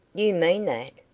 you mean that?